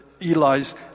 Eli's